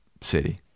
city